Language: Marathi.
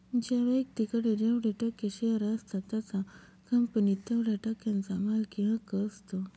ज्या व्यक्तीकडे जेवढे टक्के शेअर असतात त्याचा कंपनीत तेवढया टक्क्यांचा मालकी हक्क असतो